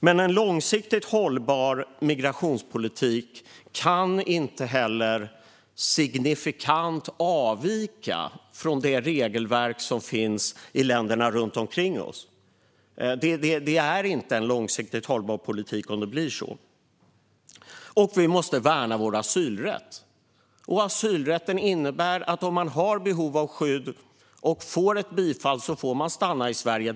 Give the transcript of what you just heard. Men en långsiktigt hållbar migrationspolitik kan inte heller signifikant avvika från det regelverk som finns i länderna runt omkring oss. Politiken är inte långsiktigt hållbar om det blir så. Och vi måste värna vår asylrätt. Asylrätten innebär att man, om man har behov av skydd och får ett bifall, får stanna i Sverige.